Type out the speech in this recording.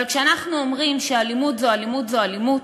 אבל כשאנחנו אומרים שאלימות זו אלימות זו אלימות,